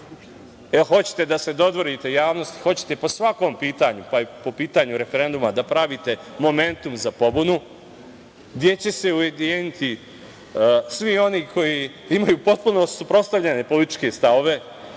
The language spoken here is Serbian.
jel hoćete da se dodvorite javnosti, hoćete po svakom pitanju, pa i po pitanju referenduma, da pravite momentum za pobunu, gde će se ujediniti svi oni koji imaju potpuno suprotstavljene političke stavove,